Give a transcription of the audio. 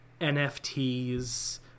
NFTs